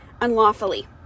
unlawfully